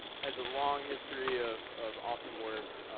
has a long history of of awesome work.